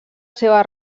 seva